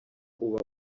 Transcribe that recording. uba